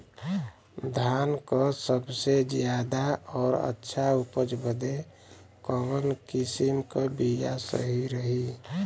धान क सबसे ज्यादा और अच्छा उपज बदे कवन किसीम क बिया सही रही?